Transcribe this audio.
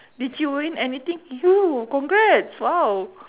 did you win anything !woo! congrats !wow!